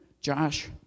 Josh